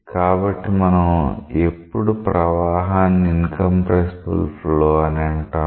కాబట్టి మనం ఎప్పుడు ప్రవాహాన్ని ఇన్కంప్రెసిబుల్ ఫ్లో అని అంటాం